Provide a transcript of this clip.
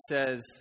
says